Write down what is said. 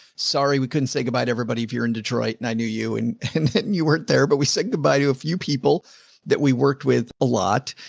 sorry, we couldn't say goodbye to everybody if you're in detroit and i knew you and and you weren't there. but we said goodbye to a few people that we worked with a lot.